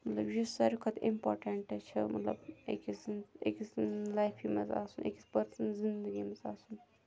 مطلب یُس ساروی کھۄتہٕ اِمپاٹَنٛٹہٕ چھِ مطلب أکِس أکِس سٕنٛز لایفہِ منٛز آسُن أکِس پٔرسَن زندگی منٛز آسُن